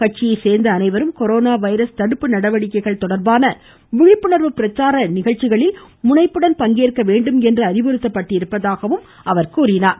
கட்சியை சேர்ந்த அனைவரும் கொரோனா வைரஸ் தடுப்பு நடவடிக்கைகள் தொடர்பான விழிப்புணர்வு பிரச்சார நிகழ்ச்சிகளில் முனைப்புடன் பங்கேற்க வேண்டும் என அறிவுறுத்தப்பட்டிருப்பதாகவும் அவர் கூறினார்